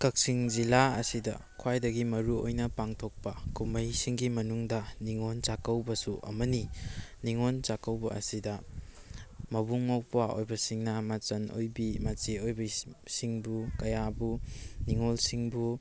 ꯀꯛꯆꯤꯡ ꯖꯤꯂꯥ ꯑꯁꯤꯗ ꯈ꯭ꯋꯥꯏꯗꯒꯤ ꯃꯔꯨ ꯑꯣꯏꯅ ꯄꯥꯡꯊꯣꯛꯄ ꯀꯨꯝꯍꯩꯁꯤꯡꯒꯤ ꯃꯅꯨꯡꯗ ꯅꯤꯡꯉꯣꯜ ꯆꯥꯛꯀꯧꯕꯁꯨ ꯑꯃꯅꯤ ꯅꯤꯡꯉꯣꯜ ꯆꯥꯛꯀꯧꯕ ꯑꯁꯤꯗ ꯃꯕꯨꯡ ꯃꯧꯄ꯭꯭ꯋꯥ ꯑꯣꯏꯕ ꯁꯤꯡꯅ ꯃꯥꯆꯟ ꯑꯣꯏꯕꯤ ꯃꯆꯦ ꯑꯣꯏꯕꯤ ꯁꯤꯡꯕꯨ ꯀꯌꯥꯕꯨ ꯅꯤꯡꯉꯣꯜꯁꯤꯡꯕꯨ